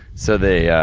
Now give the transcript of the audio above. so, they